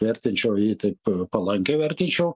vertinčiau jį taip palankiai vertinčiau